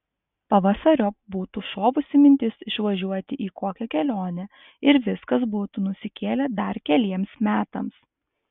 pavasariop būtų šovusi mintis išvažiuoti į kokią kelionę ir viskas būtų nusikėlę dar keliems metams